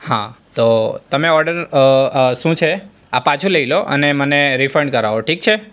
હા તો તમે ઓર્ડર શું છે આ પાછો લઈ લો અને મને રિફંડ કરાવો ઠીક છે